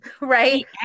right